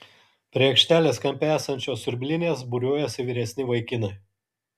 prie aikštelės kampe esančios siurblinės būriuojasi vyresni vaikinai